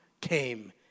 came